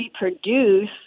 reproduce